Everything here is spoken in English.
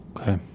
Okay